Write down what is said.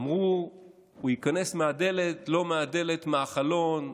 אמרו: הוא ייכנס מהדלת, לא מהדלת, מהחלון.